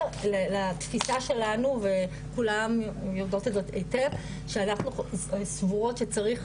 לתפיסה שלנו וכולם יודעות את זה היטב שאנחנו סבורות שצריך